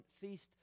feast